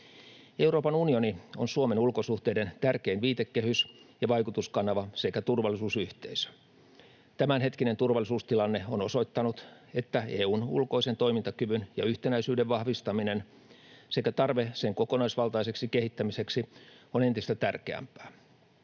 Euroopan unioni on Suomen ulkosuhteiden tärkein viitekehys ja vaikutuskanava sekä turvallisuusyhteisö. Tämänhetkinen turvallisuustilanne on osoittanut, että EU:n ulkoisen toimintakyvyn ja yhtenäisyyden vahvistaminen sekä tarve sen kokonaisvaltaiseksi kehittämiseksi ovat entistä tärkeämpiä.